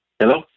Hello